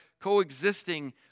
coexisting